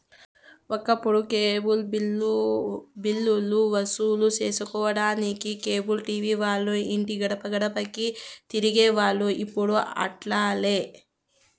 ఒకప్పుడు బిల్లులు వసూలు సేసుకొనేదానికి కేబుల్ టీవీ వాల్లు ఇంటి గడపగడపకీ తిరిగేవోల్లు, ఇప్పుడు అట్లాలే